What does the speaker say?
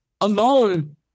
alone